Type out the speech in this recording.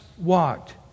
walked